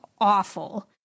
awful